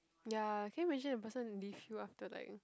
ya can you imagine the person leave you after like